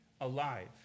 alive